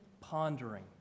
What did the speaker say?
pondering